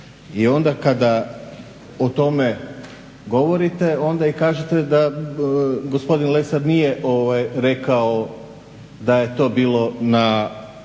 I onda kada o tome govorite onda i kažete da gospodin Lesar nije rekao da je to bilo na,